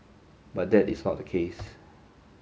but that is not the case